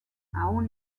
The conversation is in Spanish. aún